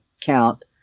count